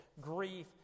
grief